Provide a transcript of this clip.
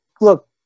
look